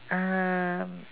err